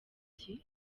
iki